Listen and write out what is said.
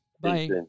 Bye